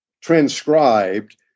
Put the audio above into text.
transcribed